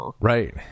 right